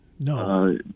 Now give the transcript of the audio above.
No